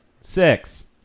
Six